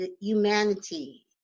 humanity